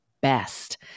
best